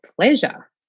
pleasure